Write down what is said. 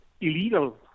illegal